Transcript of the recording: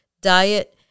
diet